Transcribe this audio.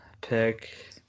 pick